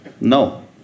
No